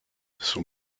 son